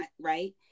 right